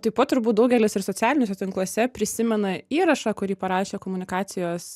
taip pat turbūt daugelis ir socialiniuose tinkluose prisimena įrašą kurį parašė komunikacijos